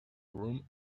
room